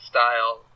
style